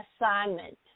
assignment